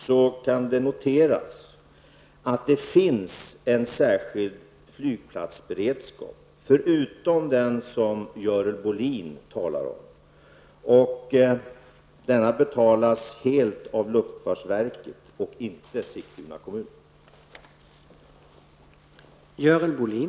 Slutligen kan det noteras att det finns en särskild flygplatsberedskap förutom den som Görel Bohlin talar om. Denna betalas helt av luftfartsverket och inte av Sigtuna kommun.